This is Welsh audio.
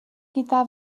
gyda